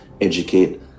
educate